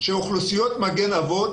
שאוכלוסיות מגן אבות,